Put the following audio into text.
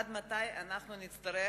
עד מתי נצטרך,